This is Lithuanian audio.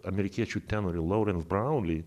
amerikiečių tenoru laurens braunli